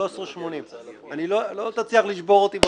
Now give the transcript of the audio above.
13.80. לא תצליח לשבור אותי בחקירה.